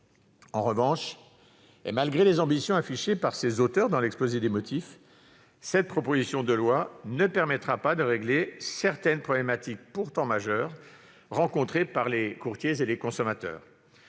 étant, malgré les ambitions affichées par ses auteurs dans l'exposé des motifs, cette proposition de loi ne permettra pas de régler certaines problématiques pourtant majeures rencontrées par les courtiers et les consommateurs.